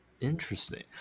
Interesting